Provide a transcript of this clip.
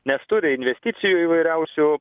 nes turi investicijų įvairiausių